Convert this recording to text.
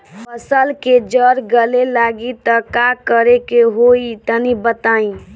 फसल के जड़ गले लागि त का करेके होई तनि बताई?